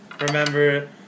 remember